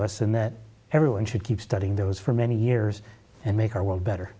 us in that everyone should keep studying those for many years and make our world better